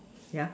yeah